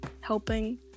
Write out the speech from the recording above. helping